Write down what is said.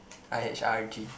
i_h_r_g